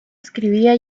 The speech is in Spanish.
escribía